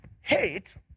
Hate